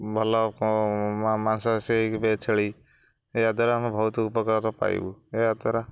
ଭଲ ମାଂସ ସେଇକି ବି ଛେଳି ଏହାଦ୍ଵାରା ଆମେ ବହୁତ ଉପକାରିତା ପାଇବୁ ଏହାଦ୍ଵାରା